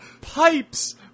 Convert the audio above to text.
pipes